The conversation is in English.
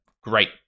great